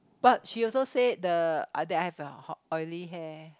but she also said the that I have oil oily hair